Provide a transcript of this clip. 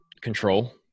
control